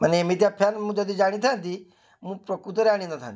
ଏମିତିଆ ଫ୍ୟାନ୍ ମୁଁ ଯଦି ଜାଣିଥାନ୍ତି ମୁଁ ପ୍ରକୃତରେ ଆଣିନଥାନ୍ତି